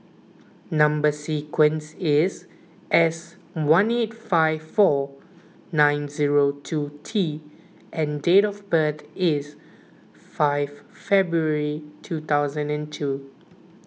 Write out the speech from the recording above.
Number Sequence is S one eight five four nine zero two T and date of birth is five February two thousand and two